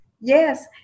yes